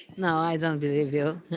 no, i don't believe you.